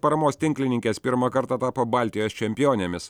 paramos tinklininkės pirmą kartą tapo baltijos čempionėmis